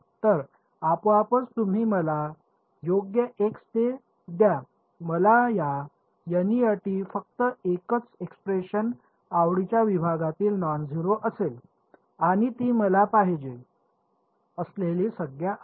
तर आपोआपच तुम्ही मला योग्य x ते द्या मला या अटी फक्त एकच एक्सप्रेशन आवडीचा विभागातील नॉन झेरो असेल आणि ती मला पाहिजे असलेली संज्ञा आहे